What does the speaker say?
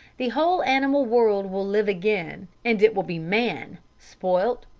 the whole animal world will live again and it will be man spoilt,